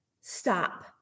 Stop